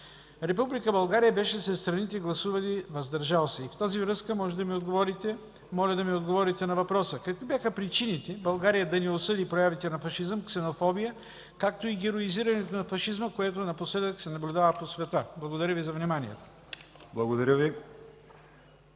Република България беше сред страните гласували „въздържал се”. В тази връзка моля да ми отговорите на въпроса: какви бяха причините България да не осъди проявите на фашизъм, ксенофобия, както и героизирането на фашизма, което напоследък се наблюдава по света? Благодаря Ви за вниманието.